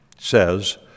says